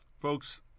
Folks